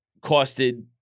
costed